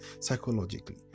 Psychologically